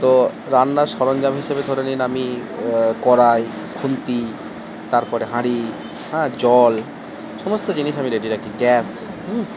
তো রান্নার সরঞ্জাম হিসেবে ধরে নিন আমি কড়াই খুন্তি তারপরে হাড়ি হ্যাঁ জল সমস্ত জিনিস আমি রেডি রাখি গ্যাস হুম